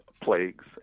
plagues